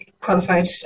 qualified